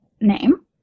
name